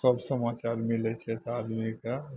सब समाचार मिलै छै तऽ आदमीके